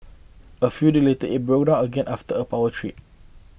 a few days later it broke down again after a power trip